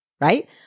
right